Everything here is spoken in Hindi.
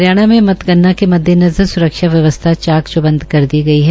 हरियाणा में मतगणना के मददेनज़र स्रक्षा व्यवस्था चाक चौबंद कर दी गई है